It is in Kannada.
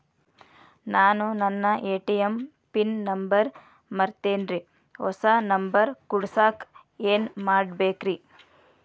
ನಾನು ನನ್ನ ಎ.ಟಿ.ಎಂ ಪಿನ್ ನಂಬರ್ ಮರ್ತೇನ್ರಿ, ಹೊಸಾ ನಂಬರ್ ಕುಡಸಾಕ್ ಏನ್ ಮಾಡ್ಬೇಕ್ರಿ?